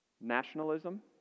Nationalism